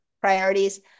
priorities